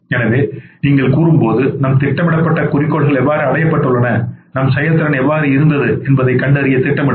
எனவே நீங்கள் கூறும்போது நம் திட்டமிடப்பட்ட குறிக்கோள்கள் எவ்வாறு அடையப்பட்டுள்ளன நம் செயல்திறன் எவ்வாறு இருந்தது என்பதைக் கண்டறிய திட்டமிடுங்கள்